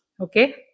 Okay